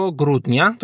grudnia